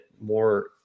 more